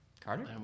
Carter